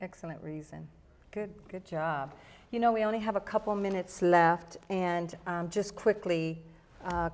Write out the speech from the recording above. excellent reason good good job you know we only have a couple minutes left and just quickly